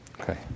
Okay